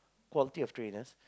quality of traders